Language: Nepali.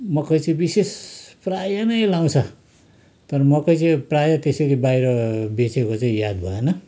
मकै चाहिँ विशेष प्राय नै लगाउँछ तर मकै चाहिँ प्राय त्यसरी बाहिर बेचेको चाहिँ याद भएन